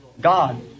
God